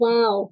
Wow